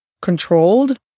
controlled